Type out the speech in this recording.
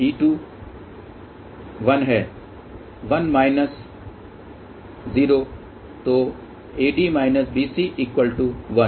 तो 1 ईंटू 1 है 1 माइनस 0 तो AD BC1